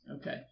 Okay